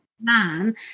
man